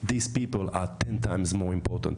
these people are ten times more important.